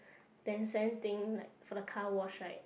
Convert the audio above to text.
ten cent thing like for the car wash right